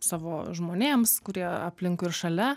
savo žmonėms kurie aplinkui ir šalia